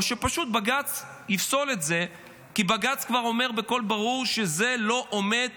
או שפשוט בג"ץ יפסול את זה כי בג"ץ כבר אומר בקול ברור שזה לא עומד